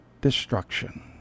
destruction